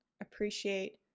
appreciate